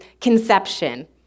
conception